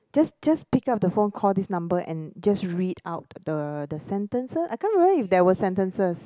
just just pick up the phone call this number and just read out the the sentences I can't remember if there were sentences